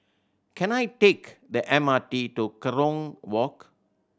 can I take the M R T to Kerong Walk